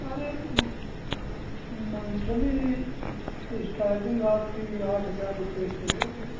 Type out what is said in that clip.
अरे तो ये मंथली स्टार्टिंग आपकी आठ हजार रुपये से होगी